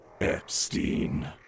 Epstein